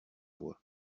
voix